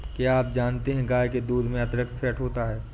क्या आप जानते है गाय के दूध में अतिरिक्त फैट होता है